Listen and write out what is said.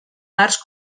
parts